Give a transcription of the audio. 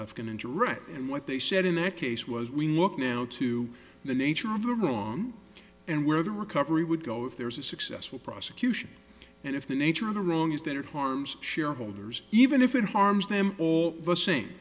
jenrette and what they said in that case was we look now to the nature of the room and where the recovery would go if there's a successful prosecution and if the nature of the wrong is that it harms shareholders even if it harms them all the same